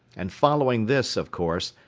and following this, of course,